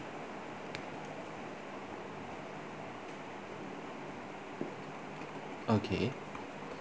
okay